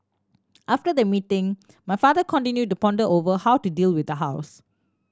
after the meeting my father continued to ponder over how to deal with the house